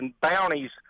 bounties